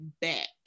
back